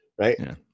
right